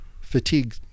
fatigue